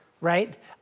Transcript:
Right